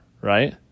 right